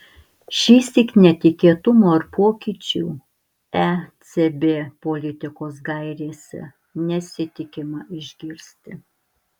šįsyk netikėtumų ar pokyčių ecb politikos gairėse nesitikima išgirsti